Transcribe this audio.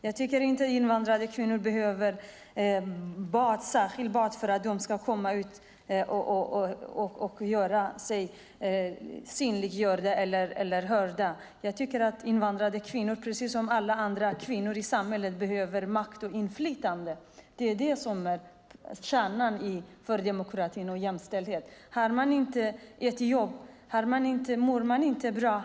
Jag tycker inte att invandrade kvinnor behöver ett särskilt bad för att de ska komma ut och göra sig synliga eller göra sig hörda. Jag tycker att invandrade kvinnor, precis som alla andra kvinnor i samhället, behöver makt och inflytande. Det är det som är kärnan för demokrati och jämställdhet. Har man inte ett jobb mår man inte bra.